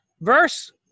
Verse